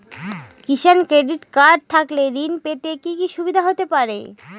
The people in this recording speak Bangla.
কিষান ক্রেডিট কার্ড থাকলে ঋণ পেতে কি কি সুবিধা হতে পারে?